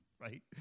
right